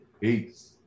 Peace